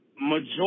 majority